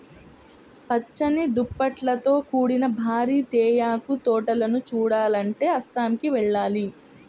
పచ్చని దుప్పట్లతో కూడిన భారీ తేయాకు తోటలను చూడాలంటే అస్సాంకి వెళ్ళాలి